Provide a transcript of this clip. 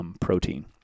protein